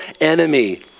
enemy